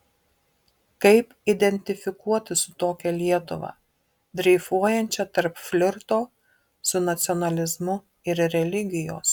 kaip identifikuotis su tokia lietuva dreifuojančia tarp flirto su nacionalizmu ir religijos